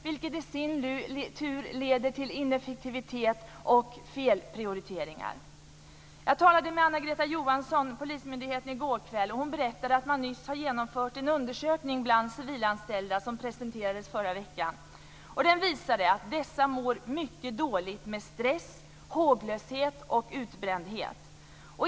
Det leder i sin tur till ineffektivitet och felprioriteringar. Jag talade med Anna-Greta Johansson på polismyndigheten i går. Hon berättade att man nyss har genomfört en undersökning bland de civilanställda. Den presenterades i förra veckan. Den visade att de civilanställda mår mycket dåligt med stress, håglöshet och utbrändhet.